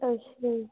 ਅੱਛਾ ਜੀ